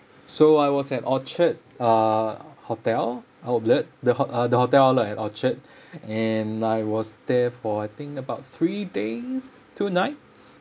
so I was at orchard uh hotel outlet the ho~ the hotel outlet at orchard and I was there for I think about three days two nights